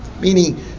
Meaning